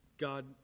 God